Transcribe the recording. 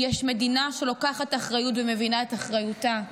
יש מדינה שלוקחת אחריות ומבינה את אחריותה.